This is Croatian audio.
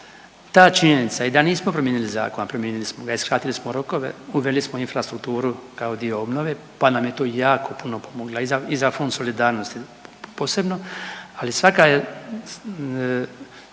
Ta činjenica i da nismo promijenili zakon, a promijenili smo i skratili smo rokove, uveli smo infrastrukturu kao dio obnove pa nam je to jako puno pomoglo i za Fond solidarnosti posebno, ali svaka je